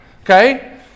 Okay